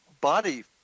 body